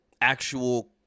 actual